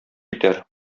итәр